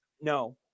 No